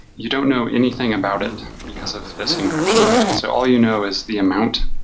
you don't know anything about it, because of this encryption. so all you know is the amount.